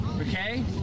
Okay